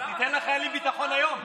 אז תיתן לחיילים ביטחון היום.